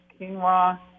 quinoa